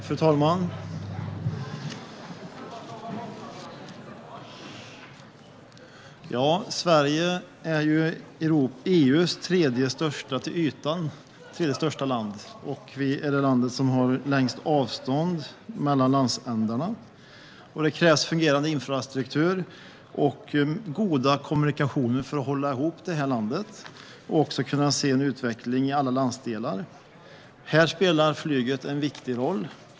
Fru talman! Sverige är EU:s till ytan tredje största land och det land som har längst avstånd mellan landsändarna. Det krävs fungerande infrastruktur och goda kommunikationer för att hålla ihop landet och för att vi ska kunna se en utveckling i alla delar av landet. Flyget spelar en viktig roll.